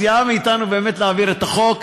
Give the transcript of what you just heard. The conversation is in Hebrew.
והיא סייעה בידינו באמת להעביר את החוק.